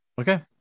okay